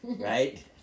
Right